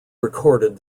recorded